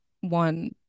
one